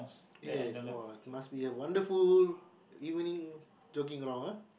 yes [wah] must be a wonderful evening jogging